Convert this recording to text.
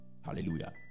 Hallelujah